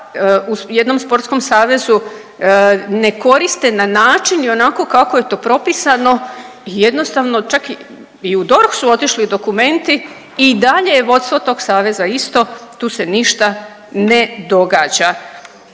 u jednom sportskom savezu ne koriste na način i onako kako je to propisano i jednostavno, ča i u DORH su otišli dokumentu i dalje je vodstvo tog saveza isto, tu se ništa ne događa.